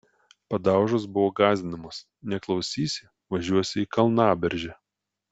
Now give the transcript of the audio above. padaužos buvo gąsdinamos neklausysi važiuosi į kalnaberžę